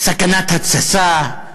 סכנת התססה,